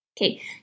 Okay